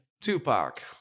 Tupac